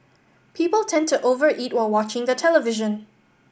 people tend to over eat while watching the television